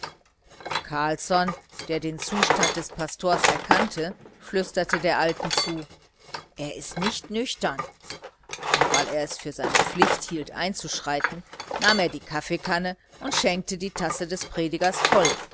carlsson der den zustand des pastors erkannte flüsterte der alten zu er ist nicht nüchtern und weil er es für seine pflicht hielt einzuschreiten nahm er die kaffeekanne und schenkte die tasse des predigers voll